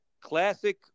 Classic